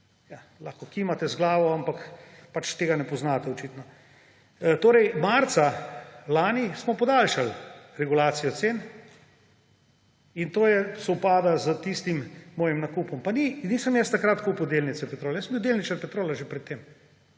Lahko kimate z glavo, ampak pač tega ne poznate očitno. Marca lani smo podaljšali regulacijo cen in to sovpada s tistim mojim nakupom. Nisem jaz takrat kupil delnic Petrola, jaz sem bil delničar Petrola že pred tem.